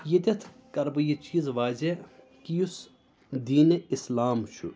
ییٚتیٚتھ کَرٕ بہٕ یہِ چیٖز واضح کہِ یُس دینِ اسلام چھُ